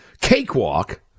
Cakewalk